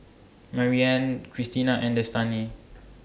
Maryann Christina and Destany